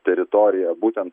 teritoriją būtent